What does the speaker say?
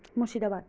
Murshidabad